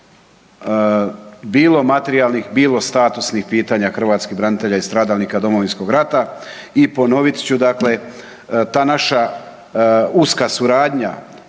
bilo materijalnih bilo statusnih pitanja hrvatskih branitelja i stradalnika Domovinskog rata. I ponovit ću dakle, ta naša uska suradnja